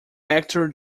actor